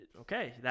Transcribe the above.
Okay